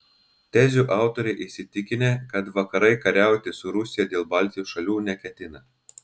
tezių autoriai įsitikinę kad vakarai kariauti su rusija dėl baltijos šalių neketina